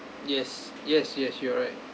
yes yes yes you're right